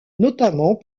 notamment